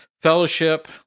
fellowship